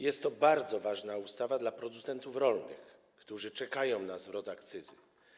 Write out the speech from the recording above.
Jest to bardzo ważna ustawa dla producentów rolnych, którzy czekają na zwrot akcyzy.